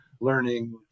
learning